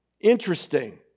Interesting